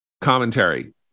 commentary